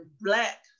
Black